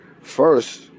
First